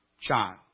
child